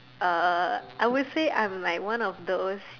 uh I would say I'm like one of those